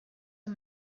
are